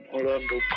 Orlando